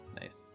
Nice